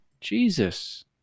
Jesus